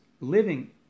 living